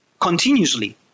continuously